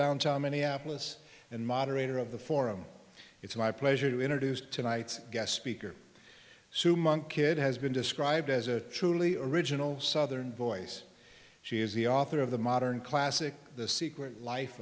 downtown minneapolis and moderator of the forum it's my pleasure to introduce tonight's guest speaker sue monk kid has been described as a truly original southern voice she is the author of the modern classic the secret life